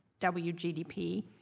WGDP